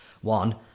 One